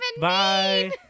bye